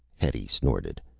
hetty snorted,